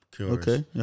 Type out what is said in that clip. Okay